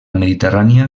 mediterrània